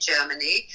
Germany